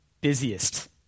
busiest